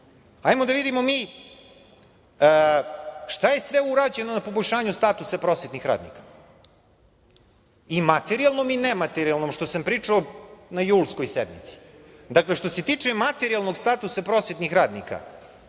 da vidimo šta je sve urađeno na poboljšanju statusa prosvetnih radnika, i materijalnom i nematerijalnom, što sam pričao na julskoj sednici. Dakle, što se tiče materijalnog statusa prosvetnih radnika,